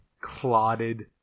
clotted